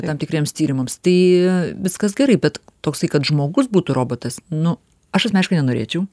tam tikriems tyrimams tai viskas gerai bet toksai kad žmogus būtų robotas nu aš asmeniškai nenorėčiau